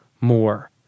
more